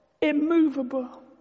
immovable